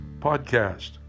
podcast